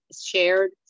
shared